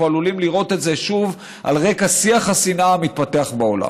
ואנחנו עלולים לראות את זה שוב על רקע שיח השנאה המתפתח בעולם.